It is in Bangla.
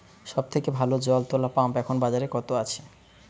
সব থেকে ভালো জল তোলা পাম্প এখন বাজারে কত আছে?